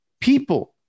people